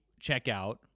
checkout